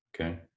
Okay